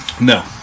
No